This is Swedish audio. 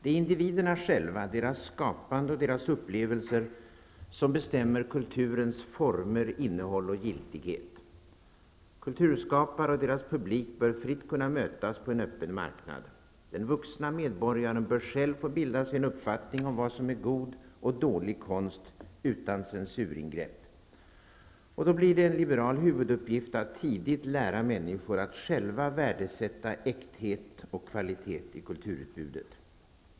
Det är individerna själva, deras skapande och deras upplevelser som bestämmer kulturens former, innehåll och giltighet. Kulturskapare och deras publik bör fritt kunna mötas på en öppen marknad. Den vuxna medborgaren bör själv få bilda sig en uppfattning om vad som är god och dålig konst utan censuringrepp. Då blir det en liberal huvuduppgift att tidigt lära människor att själva värdesätta äkthet och kvalitet i kulturutbudet.